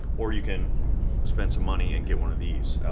or you can spend some money and get one of these.